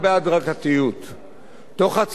תוך הצבת יעדים שאפתניים,